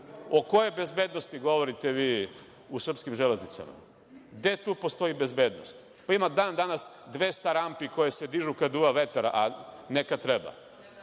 O kojoj bezbednosti govorite vi u srpskim železnicama? Gde tu postoji bezbednost? Ima i dan danas 200 rampi koje se dižu kada duva vetar, a ne kada treba.